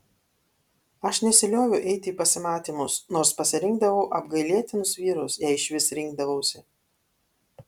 aš nesilioviau eiti į pasimatymus nors pasirinkdavau apgailėtinus vyrus jei išvis rinkdavausi